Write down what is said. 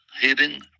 hitting